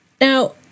Now